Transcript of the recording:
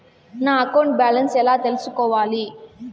నా account balance ఎలా తెల్సుకోవాలి